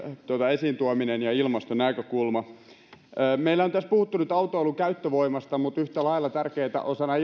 esiintuominen ja ilmastonäkökulma meillä on tässä puhuttu nyt autoilun käyttövoimasta mutta yhtä lailla tärkeänä osana